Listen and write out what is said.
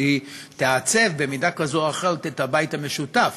שהיא תעצב במידה כזאת או אחרת את הבית המשותף.